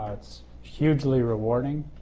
ah it's hugely rewarding,